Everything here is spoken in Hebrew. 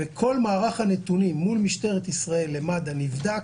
וכל מערך הנתונים מול משטרת ישראל למד"א נבדק,